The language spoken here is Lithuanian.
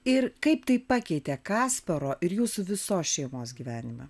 ir kaip tai pakeitė kasparo ir jūsų visos šeimos gyvenimą